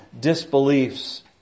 disbeliefs